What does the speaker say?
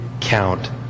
count